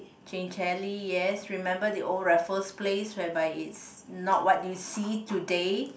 Chinchelly yes remember the old Raffles Place whereby it's not what you see today